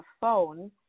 phone